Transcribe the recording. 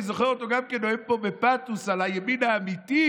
אני זוכר אותו גם נואם פה בפתוס על הימין האמיתי,